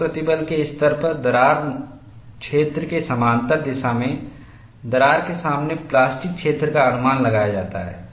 उच्च प्रतिबल के स्तर पर दरार क्षेत्र के समानांतर दिशा में दरार के सामने प्लास्टिक क्षेत्र का अनुमान लगाया जाता है